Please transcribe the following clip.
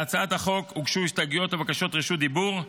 להצעת החוק הוגשו הסתייגויות ובקשות רשות דיבור.